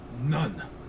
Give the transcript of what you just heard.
none